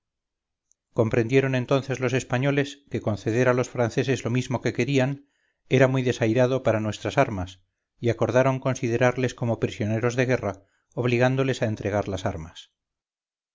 comprendieron entonces los españoles que conceder a los franceses lo mismo que querían era muy desairado para nuestras armas y acordaron considerarles como prisioneros de guerra obligándoles a entregar las armas